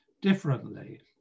differently